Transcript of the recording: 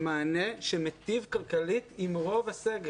מענה שמיטיב כלכלית עם רוב הסגל.